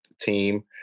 team